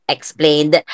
Explained